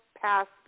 passed